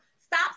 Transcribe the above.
stop